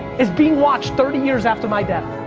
is being watched thirty years after my death.